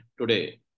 today